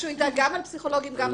שידע גם על פסיכולוגים, גם על רופאים?